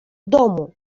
domu